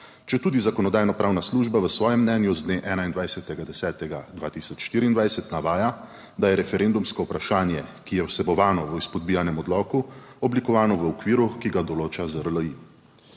Četudi Zakonodajno-pravna služba v svojem mnenju z dne 21. 10. 2024 navaja, da je referendumsko vprašanje, ki je vsebovano v izpodbijanem odloku oblikovano v okviru, ki ga določa ZRLI.